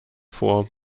vor